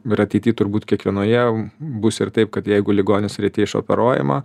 ir ateity turbūt kiekvienoje bus ir taip kad jeigu ligonis ryte išoperuojama